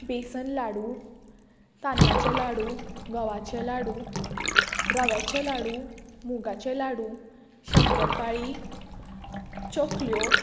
बेसन लाडू तांदळाचें लाडू गवाचे लाडू रव्याचे लाडू मुगाचे लाडू शंकरपाळी चोकल्यो